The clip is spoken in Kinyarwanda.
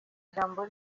ijambo